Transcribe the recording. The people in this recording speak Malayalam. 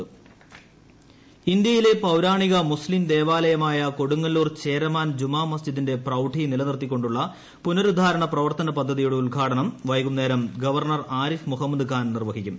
ചേരമാൻ ജുമാമസ്ജിദ് ഇന്ത്യയിലെ പൌരാണിക മുസ്തിം ദേവാലയമായ കൊടുങ്ങല്ലൂർ ചേരമാൻ ജുമാമസ്ജിദിന്റെ പ്രൌഢി നിലനിർത്തിക്കൊണ്ടുള്ള പുനരുദ്ധാരണ പ്രവർത്തന പദ്ധതിയുടെ ഉദ്ഘാടനം വൈകുന്നേരം ഗവർണർ ആരിഫ് മുഹമ്മദ് ഖാൻ നിർവ്വഹിക്കും